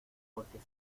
porque